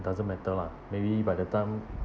doesn't matter lah maybe by the time